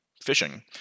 fishing